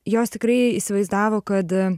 jos tikrai įsivaizdavo kad